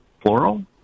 plural